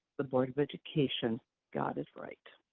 the board of education got it right.